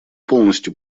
полностью